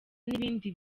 n’ibindi